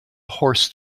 horse